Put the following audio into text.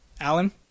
Alan